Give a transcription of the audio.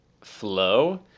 flow